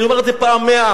ואני אומר את זה פעם מאה,